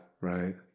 right